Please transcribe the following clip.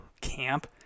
camp